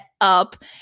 up